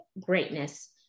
greatness